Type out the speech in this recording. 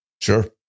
sure